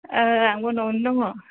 ओ आंबो न'आवनो दङ